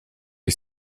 ich